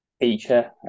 feature